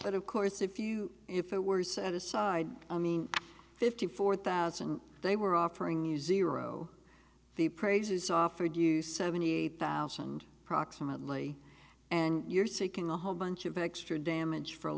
but of course if you if it were set aside i mean fifty four thousand they were offering you zero the praises offered you seventy eight thousand proximately and you're seeking a whole bunch of extra damage f